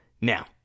Now